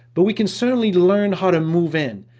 but we can certainly learn how to move in,